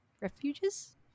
Refuges